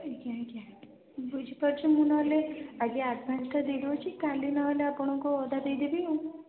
ଆଜ୍ଞା ଆଜ୍ଞା ବୁଝିପାରୁଛି ମୁଁ ନହେଲେ ଆଜି ଆଡ଼ଭାନ୍ସଟା ଦେଇଦେଉଛି କାଲି ନହେଲେ ଆପଣଙ୍କୁ ଅଧା ଦେଇଦେବି ଆଉ